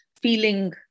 feeling